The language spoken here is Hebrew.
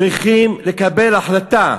צריכים לקבל החלטה: